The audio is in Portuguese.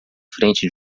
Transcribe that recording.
frente